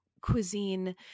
cuisine